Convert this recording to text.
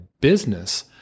business